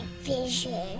vision